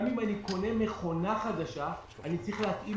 גם אם אני קונה מכונה חדשה אני צריך להתאים